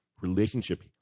relationship